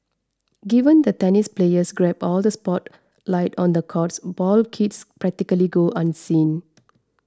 given that tennis players grab all the spotlight on the courts ball kids practically go unseen